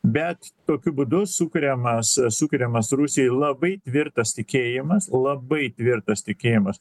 bet tokiu būdu sukuriamas sukuriamas rusijoj labai tvirtas tikėjimas labai tvirtas tikėjimas